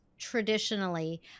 traditionally